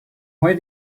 why